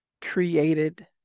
created